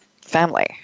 family